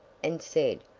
and said,